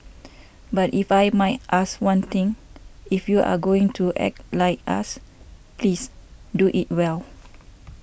but if I might ask one thing if you are going to act like us please do it well